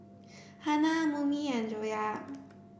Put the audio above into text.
Hana Murni and Joyah